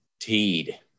Teed